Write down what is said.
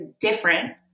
different